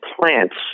plants